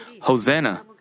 Hosanna